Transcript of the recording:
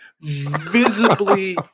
visibly